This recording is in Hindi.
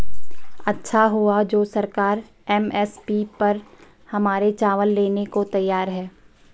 अच्छा हुआ जो सरकार एम.एस.पी पर हमारे चावल लेने को तैयार है